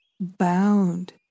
bound